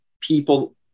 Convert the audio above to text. people